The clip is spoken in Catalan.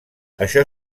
això